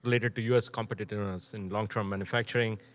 leader to u s. competitiveness in long-term manufacturing,